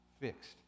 fixed